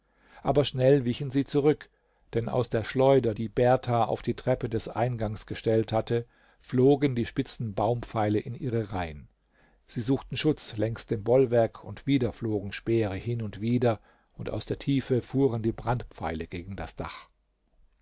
aber schnell wichen sie zurück denn aus der schleuder die berthar auf die treppe des eingangs gestellt hatte flogen die spitzen baumpfeile in ihre reihen sie suchten schutz längs dem bollwerk und wieder flogen speere hin und wieder und aus der tiefe fuhren die brandpfeile gegen das dach